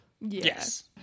Yes